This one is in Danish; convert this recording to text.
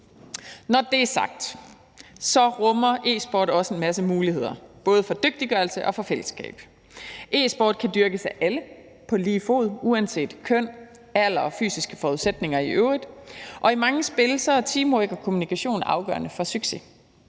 Når det er sagt, rummer e-sport også en masse muligheder, både for dygtiggørelse og for fællesskaber. E-sporten kan dyrkes af alle på lige fod uanset køn, alder og fysiske forudsætninger i øvrigt, og i mange spil er teamwork og kommunikation afgørende for succes.